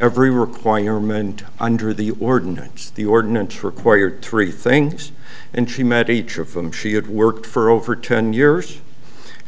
every requirement under the ordinance the ordinance required three things and she met each of them she had worked for over ten years